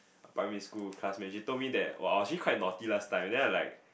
a primary school classmate she told me that !wow! I was actually quite naughty last time then I'm like